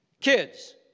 Kids